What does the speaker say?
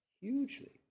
hugely